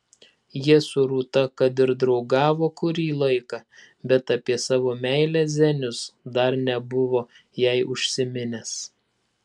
jie su rūta kad ir draugavo kurį laiką bet apie savo meilę zenius dar nebuvo jai užsiminęs